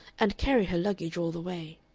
and carry her luggage all the way.